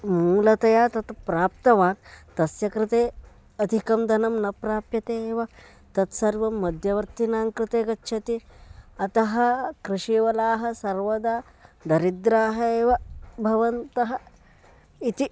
मूलतया तत् प्राप्तवान् तस्य कृते अधिकं दनं न प्राप्यते एव तत् सर्वं मध्यवर्तिनां कृते गच्छति अतः कृषिवलाः सर्वदा दरिद्राः एव भवन्तः इति